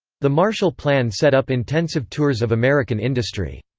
the marshall plan set up intensive tours of american industry.